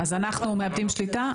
אז אנחנו מאבדים שליטה.